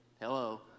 Hello